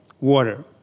water